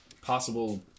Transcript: possible